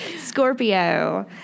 Scorpio